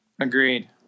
Agreed